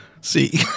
See